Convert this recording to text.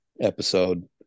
episode